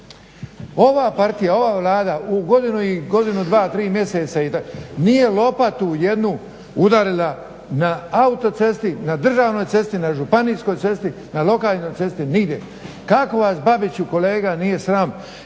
Ova partija, ova Vlada u godinu i godinu i dva, tri mjeseca nije lopatu jednu udarila na autocesti, na državnoj cesti, na županijskoj cesti, na lokalnoj cesti, nigdje. Kako vas Babiću kolega nije sram